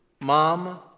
mom